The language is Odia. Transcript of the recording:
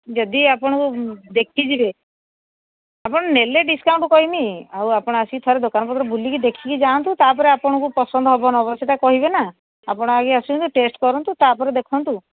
ଯଦି ଆପଣଙ୍କୁ ଦେଖିଯିବେ ଆପଣ ନେଲେ ଡିସ୍କାଉଣ୍ଟ କହିନି ଆଉ ଆପଣ ଆସିିକି ଥର ଦୋକାନ ପତ୍ର ବୁଲିକି ଦେଖିକି ଯାଆନ୍ତୁ ତା'ପରେ ଆପଣଙ୍କୁ ପସନ୍ଦ ହବ ନବ ସେଇଟା କହିବେ ନା ଆପଣ ଆଗ ଆସନ୍ତୁ ଟେଷ୍ଟ କରନ୍ତୁ ତା'ପରେ ଦେଖନ୍ତୁ